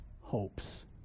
hopes